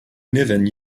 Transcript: niven